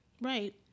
Right